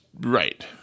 Right